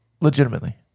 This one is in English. Legitimately